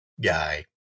guy